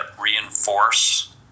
reinforce